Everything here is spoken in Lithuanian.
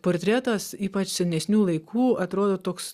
portretas ypač senesnių laikų atrodo toks